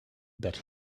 but